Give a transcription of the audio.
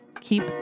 keep